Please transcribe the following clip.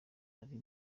nari